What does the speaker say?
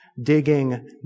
digging